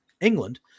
England